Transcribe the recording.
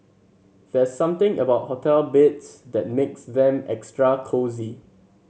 there's something about hotel beds that makes them extra cosy